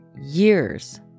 years